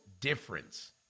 difference